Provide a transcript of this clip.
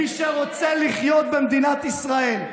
מי שרוצה לחיות במדינת ישראל,